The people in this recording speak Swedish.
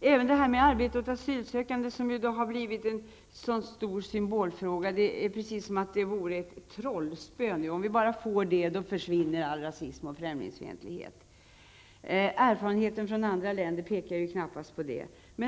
Detta med arbete åt asylsökande har blivit en stor symbolfråga. Det har blivit precis som ett trollspö: om asylsökande bara får arbete, försvinner all rasism och främlingsfientlighet. Erfarenheterna från andra länder pekar knappast på detta.